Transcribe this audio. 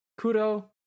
Kudo